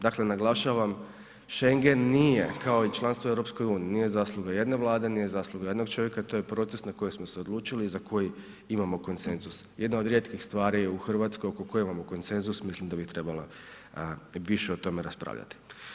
Dakle naglašavam, Schengen nije kao i članstvo u EU, nije zasluga jedne Vlade, nije zasluga jednog čovjeka, to je proces na koji smo se odlučili i za koji imamo konsenzus, jedna od rijetkih stvari u RH oko koje imamo konsenzus mislim da bi trebala više o tome raspravljati.